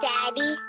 Daddy